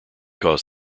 cause